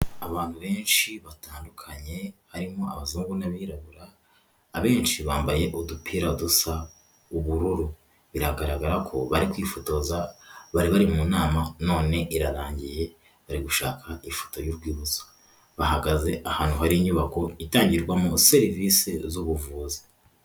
Aabantu benshi batandukanye harimo abazungu n'abirabura abenshi bambaye udupira dusa ubururu, biragaragara ko bari kwifotoza bari bari mu nama none irarangiye bari gushaka ifoto y'urwibutso, bahagaze ahantu hari inyubako itangirwamo serivisi z'ubuvuzi.